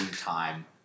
time